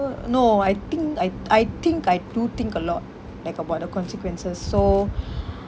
no I think I I think I do think a lot like about the consequences so